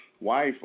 wife